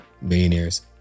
Millionaires